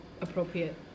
appropriate